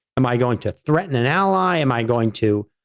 am i going to threaten an ally? am i going to,